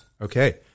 Okay